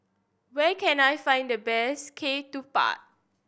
where can I find the best Ketupat